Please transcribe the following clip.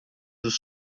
dos